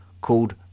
called